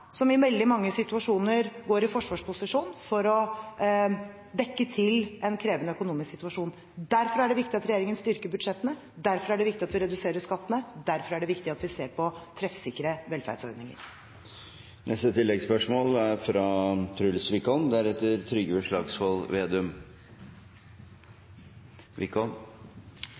som i veldig mange situasjoner går i forsvarsposisjon for å dekke til en krevende økonomisk situasjon. Derfor er det viktig at regjeringen styrker budsjettene, derfor er det viktig at vi reduserer skattene, derfor er det viktig at vi ser på treffsikre